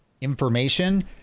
information